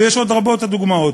ועוד רבות הדוגמאות.